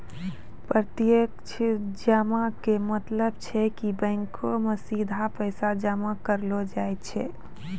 प्रत्यक्ष जमा के मतलब छै कि बैंको मे सीधा पैसा जमा करलो जाय छै